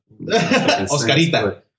Oscarita